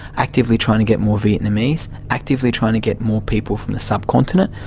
actively trying to get more vietnamese, actively trying to get more people from the subcontinent.